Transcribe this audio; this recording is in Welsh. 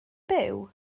byw